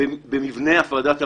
במבנה הפרדת הרשויות,